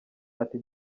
ati